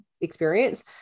experience